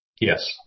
Yes